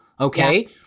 okay